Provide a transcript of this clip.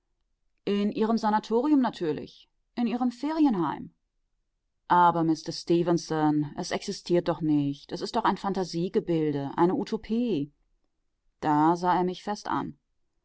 in ihrem sanatorium natürlich in ihrem ferienheim aber mister stefenson es existiert doch nicht es ist doch ein phantasiegebilde eine utopie da sah er mich